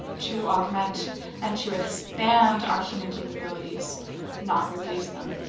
to augment and to expand, our human capabilities not replace them.